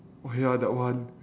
oh ya that one